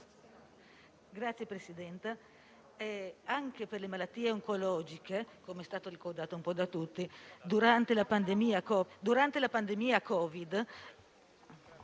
Signor Presidente, anche per le malattie oncologiche, come è stato ricordato un po' da tutti, durante la pandemia Covid